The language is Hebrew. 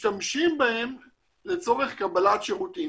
משתמשים לצורך קבלת שירותים.